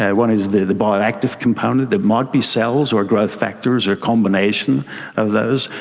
one is the the bioactive component that might be cells or growth factors or a combination of those.